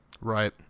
Right